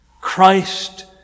Christ